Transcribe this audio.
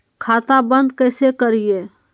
खाता बंद कैसे करिए?